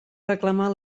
reclamar